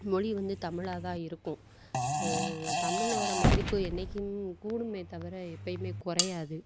மொழி வந்து தமிழாக தான் இருக்கும் தமிழோட மதிப்பு என்னைக்கும் கூடுமே தவிர எப்பவுமே குறையாது